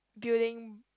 building